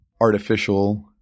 artificial